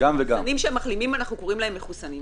מחוסנים שהם מחלימים אנחנו קוראים להם "מחוסנים".